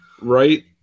right